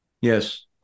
Yes